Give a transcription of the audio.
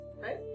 right